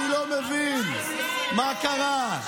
אני לא מבין, מה קרה?